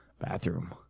bathroom